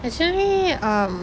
actually um